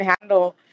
handle